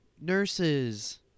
nurses